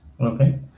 okay